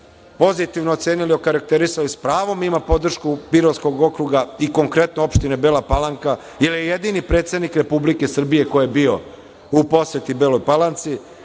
pozitivno ocenili i okarakterisali sa pravom ima podršku Pirotskog okruga i konkretno opštine Bela Palanka jer je jedini predsednik Republike Srbije koji je bio u poseti Beloj Palanci